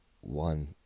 one